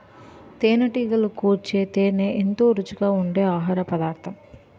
తేనెటీగలు కూర్చిన తేనే ఎంతో రుచిగా ఉండె ఆహారపదార్థం